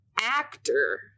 actor